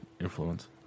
influence